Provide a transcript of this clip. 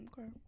Okay